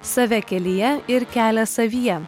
save kelyje ir kelias savyje